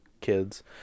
kids